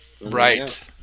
right